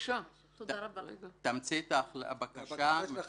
אז כן חשוב לי להגיד אותם,